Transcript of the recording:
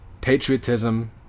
patriotism